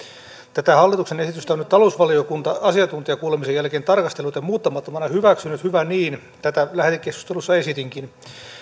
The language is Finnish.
tätä hallituksen esitystä on nyt talousvaliokunta asiantuntijakuulemisen jälkeen tarkastellut ja muuttamattomana hyväksynyt hyvä niin tätä lähetekeskustelussa esitinkin